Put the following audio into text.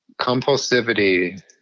Compulsivity